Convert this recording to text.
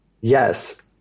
Yes